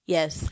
Yes